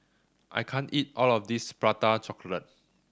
I can't eat all of this Prata Chocolate